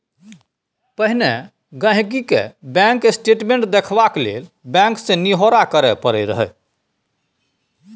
पहिने गांहिकी केँ बैंक स्टेटमेंट देखबाक लेल बैंक सँ निहौरा करय परय रहय